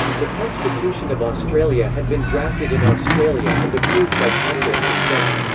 the constitution of australia had been drafted in australia and approved by popular consent.